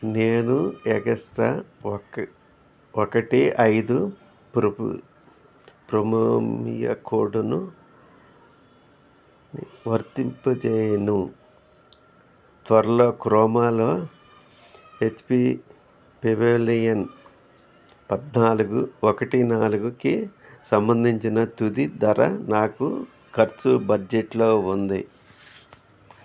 నేను ఎక్స్ట్రా ఒక ఒకటి ఐదు ప్రభు ప్రొమో కోడును వర్తింపజేసిన తర్వాత క్రోమాలో హెచ్పి పెవిలియన్ పద్నాలుగు ఒకటి నాలుగుకి సంబంధించిన తుది ధర నా ఖర్చు బడ్జెట్లో ఉంది